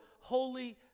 holy